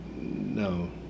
No